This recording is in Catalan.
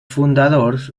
fundadors